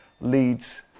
Leads